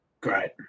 Great